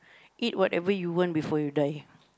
eat whatever you want before you die